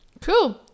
Cool